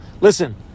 listen